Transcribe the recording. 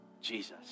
Jesus